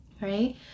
Right